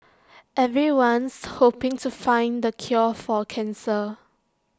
everyone's hoping to find the cure for cancer